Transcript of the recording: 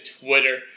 Twitter